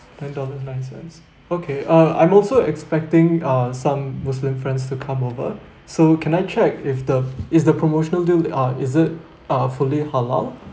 nine dollar nine cents okay uh I'm also expecting uh some muslim friends to come over so can I check if the is the promotional deal uh is it ah fully halal